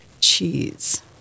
cheese